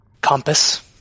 compass